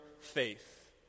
faith